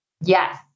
Yes